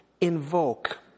invoke